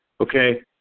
okay